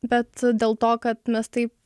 bet dėl to kad mes taip